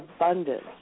abundance